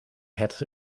het